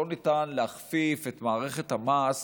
לא ניתן להכפיף את מערכת המס